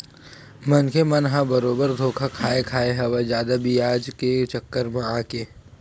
मनखे मन ह बरोबर धोखा खाय खाय हवय जादा बियाज के चक्कर म आके